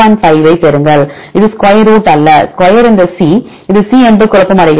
5 ஐப் பெறுங்கள் இது ஸ்கொயர் ரூட் அல்ல ஸ்கொயர் இந்த C இது C என்று குழப்பமடைகிறது